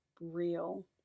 real